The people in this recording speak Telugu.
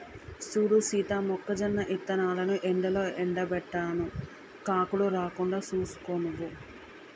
సూడు సీత మొక్కజొన్న ఇత్తనాలను ఎండలో ఎండబెట్టాను కాకులు రాకుండా సూసుకో నువ్వు